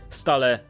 stale